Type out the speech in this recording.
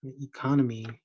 economy